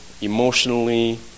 emotionally